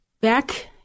back